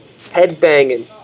headbanging